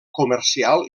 comercial